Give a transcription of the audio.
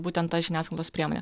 būtent ta žiniasklaidos priemonė